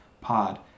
Pod